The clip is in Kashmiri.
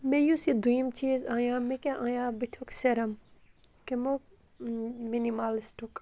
مےٚ یُس یہِ دوٚیِم چیٖز انیو مےٚ کیاہ انیو بٔتھِیُک سرَم کمیُک مِنِمَلِسٹُک